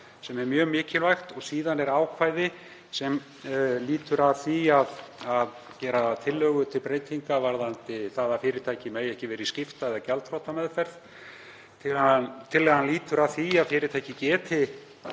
sem er mjög mikilvægt. Síðan er ákvæði sem lýtur að því að gera tillögu til breytinga varðandi það að fyrirtæki megi ekki vera í skipta- eða gjaldþrotameðferð. Tillagan snýst um að fyrirtækið geti